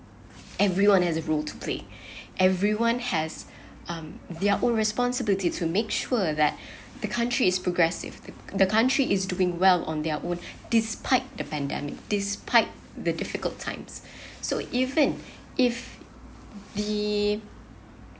everyone has a role to play everyone has um their own responsibility to make sure that the country is progressive the the country is doing well on their own despite the pandemic despite the difficult times so even if the